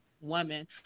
women